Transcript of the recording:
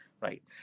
right